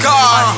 God